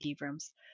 rooms